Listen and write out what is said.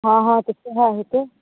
हँ हँ तऽ सएह हेतै